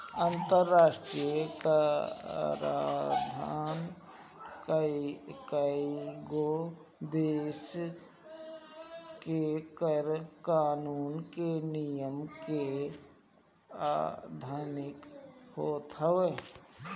अंतरराष्ट्रीय कराधान कईगो देस के कर कानून के नियम के अधिन होत हवे